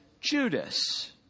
Judas